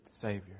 Savior